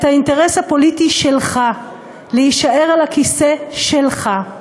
את האינטרס הפוליטי שלך: להישאר על הכיסא שלך.